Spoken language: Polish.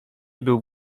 był